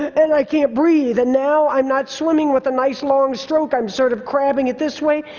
and i can't breathe! and now i'm not swimming with a nice, long stroke, i'm sort of crabbing it this way.